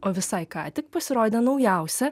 o visai ką tik pasirodė naujausia